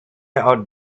out